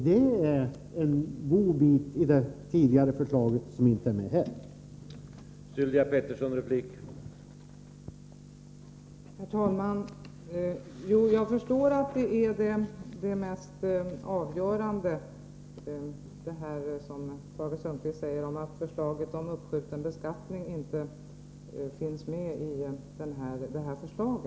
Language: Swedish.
Det var en god idé i det tidigare förslaget, som inte är med i socialdemokraternas proposition.